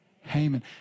Haman